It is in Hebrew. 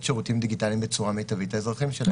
שירותים דיגיטליים בצורה מיטבית לאזרחים שלהם.